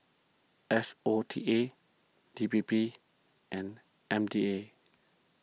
S O T A D P P and M D A